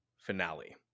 finale